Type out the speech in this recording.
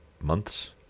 months